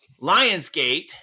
Lionsgate